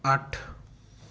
ਅੱਠ